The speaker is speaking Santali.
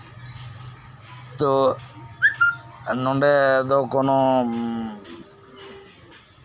ᱱᱚᱰᱮ ᱫᱚ ᱠᱳᱱᱳ